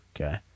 okay